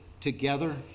together